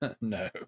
No